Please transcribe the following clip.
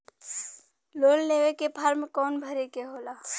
Loan लेवे के form कौन भरे के होला?